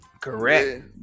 Correct